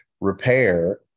repair